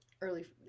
early